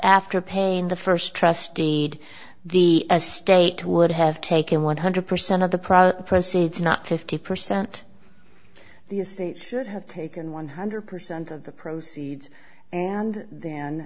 after paying the first trust deed the a state would have taken one hundred percent of the profit press it's not fifty percent of the estate should have taken one hundred percent of the proceeds and then